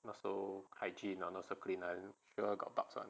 not so hygiene or not so clean so sure got bugs [one]